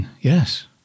Yes